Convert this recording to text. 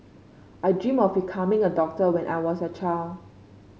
I dreamt of becoming a doctor when I was a child